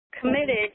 committed